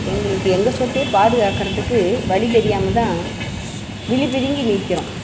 எங்களுக்கு எங்கள் சொத்தே பாதுகாக்கிறதுக்கு வழி தெரியாமல் தான் விழிபிதுங்கி நிற்கிறோம்